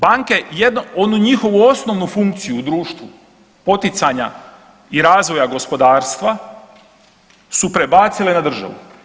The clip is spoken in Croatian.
Banke jednu, onu njihovu osnovnu funkciju u društvu poticanja i razvoja gospodarstva su prebacile na državu.